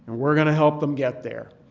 we're going to help them get there.